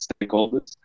stakeholders